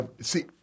See